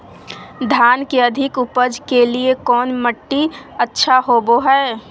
धान के अधिक उपज के लिऐ कौन मट्टी अच्छा होबो है?